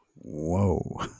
whoa